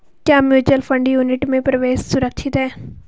क्या mutual fund unit में निवेश सुरक्षित है?